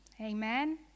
amen